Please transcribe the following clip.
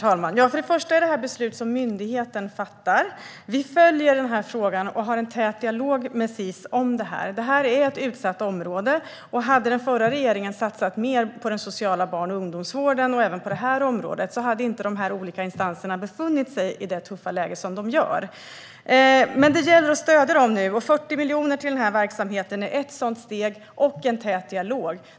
Herr talman! Det här är beslut som myndigheten fattar. Vi följer frågan och har en tät dialog med Sis om detta. Det handlar om ett utsatt område, och hade den förra regeringen satsat mer på den sociala barn och ungdomsvården och även på det här området hade inte dessa olika instanser befunnit sig i det tuffa läge som de gör. Nu gäller det att stödja dem, och 40 miljoner till den här verksamheten är ett sådant steg. Vi har också en tät dialog.